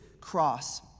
cross